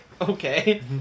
Okay